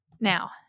Now